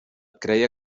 creia